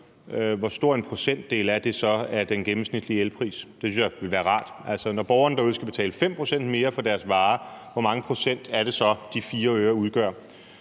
hvor stor en procentdel det så er af den gennemsnitlige elpris. Det synes jeg ville være rart at vide. Altså, når borgerne derude skal betale 5 pct. mere for deres varer, hvor mange procent er det så, at de 4 øre udgør?